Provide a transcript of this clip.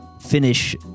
finish